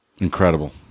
Incredible